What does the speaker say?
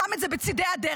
שם את זה בצידי הדרך,